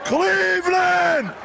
Cleveland